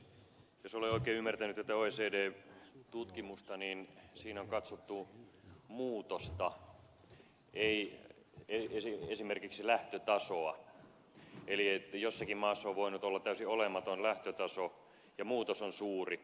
jos olen oikein ymmärtänyt tätä oecdn tutkimusta niin siinä on katsottu muutosta ei esimerkiksi lähtötasoa eli jossakin maassa on voinut olla täysin olematon lähtötaso ja muutos on suuri